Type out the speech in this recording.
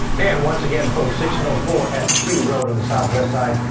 and once again folks six and four at pew road on the southwest side.